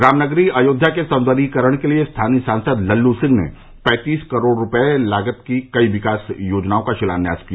रामनगरी अयोध्या के सौन्दर्यीकरण के लिए स्थानीय सांसद लल्लू सिंह ने पैंतीस करोड़ रूपये लागत की कई विकास योजनाओं का शिलान्यास किया